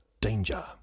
danger